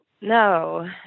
No